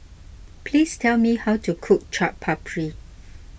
please tell me how to cook Chaat Papri